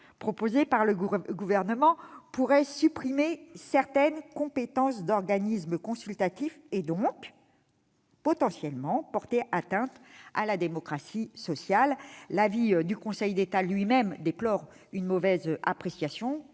proposée par le Gouvernement pourrait supprimer certaines compétences dévolues à des organismes consultatifs, et donc potentiellement porter atteinte à la démocratie sociale. Le Conseil d'État lui-même déplore, dans son avis, une mauvaise appréciation